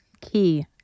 Key